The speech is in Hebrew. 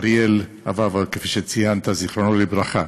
אריאל אבאווה, כפי שציינת, זיכרונו לברכה.